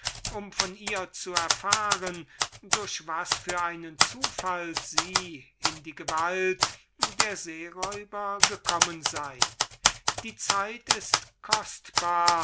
um von ihr zu erfahren durch was für einen zufall sie in die gewalt der seeräuber gekommen sei die zeit ist kostbar